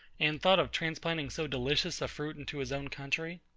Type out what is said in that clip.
and thought of transplanting so delicious a fruit into his own country?